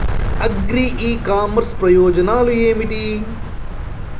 Agri e commerce ప్రయోజనాలు ఏమిటి?